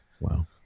Wow